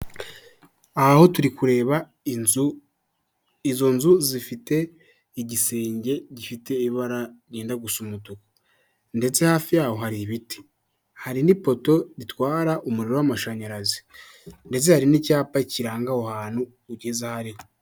Ahaho turi kureba inzu. Izo nzu zifite igisenge gifite ibara ryenda gusa n'umutuku ndetse hafi yaho hari ibiti, hari n'ipoto ritwara umuriro w'amashanyarazi ndetse hari n'icyapa kiranga aho ahantu ugeze aho ari ho.